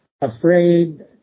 afraid